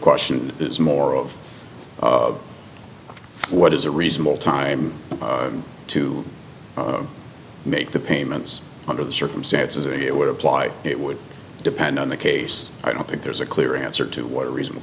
question is more of what is a reasonable time to make the payments under the circumstances it would apply it would depend on the case i don't think there's a clear answer to what reasonable